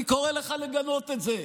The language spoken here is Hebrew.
אני קורא לך לגנות את זה.